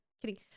Kidding